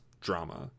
drama